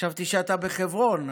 חשבתי שאתה בחברון,